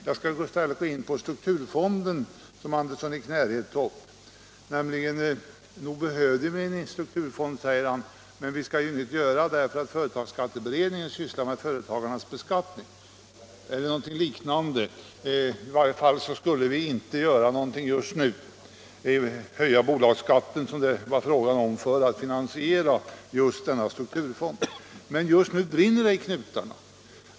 Jag skall i stället gå in på frågan om strukturfonden som herr Andersson i Knäred tog upp. Nog behöver vi en strukturfond, sade herr Andersson i Knäred, men vi skall inte göra någonting på den punkten nu utan avvakta företagsskatteutredningen. Jag vet inte om jag uppfattade honom rätt, men han sade någonting liknande. I varje fall skulle vi inte göra någonting just nu. Vi skulle inte, som det här var fråga om, höja bolagsskatten för att finansiera just denna strukturfond. Men just nu brinner det i knutarna!